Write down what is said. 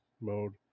mode